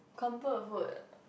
comfort food